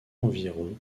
environ